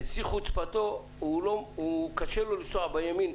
בשיא חוצפתו קשה לו לנסוע בימין,